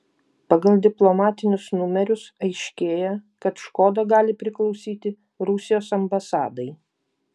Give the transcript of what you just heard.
pagal diplomatinius numerius aiškėja kad škoda gali priklausyti rusijos ambasadai